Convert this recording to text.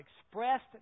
expressed